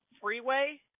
Freeway